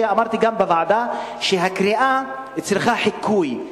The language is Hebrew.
ואמרתי אותו גם בוועדה: הקריאה צריכה חיקוי,